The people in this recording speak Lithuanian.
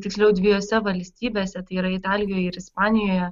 tiksliau dviejose valstybėse tai yra italijoje ir ispanijoje